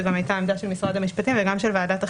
זאת גם הייתה העמדה של משרד המשפטים וגם של ועדת החינוך,